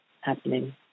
happening